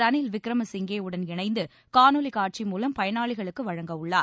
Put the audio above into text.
ரணில் விக்கிரமசிங்கேவுடன் இணைந்து காணொலி காட்சி மூலம் பயனாளிகளுக்கு வழங்கவுள்ளார்